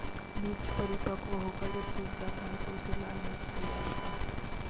मिर्च परिपक्व होकर जब सूख जाता है तो उससे लाल मिर्च तैयार होता है